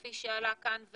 כפי שעלה כאן,